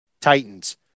Titans